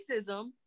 racism